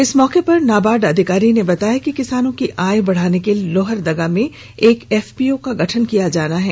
इस मौके पर नाबार्ड अधिकारी ने बताया कि किसानों की आय बढ़ाने के लिए लोहरदगा में एक एफपीओ का गठन किया जाना है